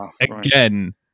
Again